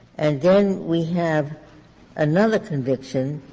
and then we have another conviction